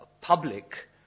public